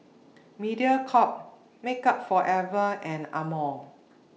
Mediacorp Makeup Forever and Amore